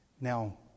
Now